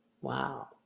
Wow